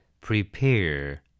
Prepare